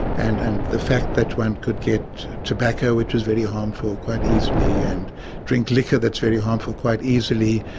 and and the fact that one could get tobacco, which is very harmful, quite easily and drink liquor that's very harmful quite easily,